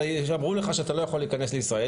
אמרו לך שאתה לא יכול להיכנס לישראל,